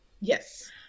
Yes